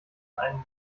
einen